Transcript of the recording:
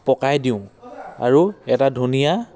পকাই দিওঁ আৰু এটা ধুনীয়া